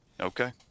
Okay